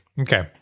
Okay